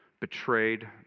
betrayed